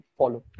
follow